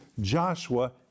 Joshua